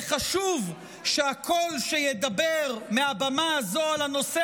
וחשוב שהקול שידבר מהבמה הזאת על הנושא